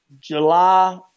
july